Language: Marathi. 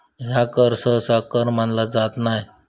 ह्या कर सहसा कर मानला जात नाय